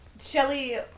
Shelly